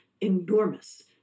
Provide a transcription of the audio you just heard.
enormous